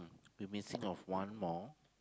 you missing of one more